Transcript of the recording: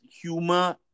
humor